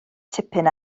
tipyn